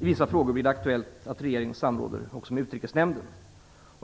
I vissa frågor blir det aktuellt att regeringen samråder också med utrikesnämnden.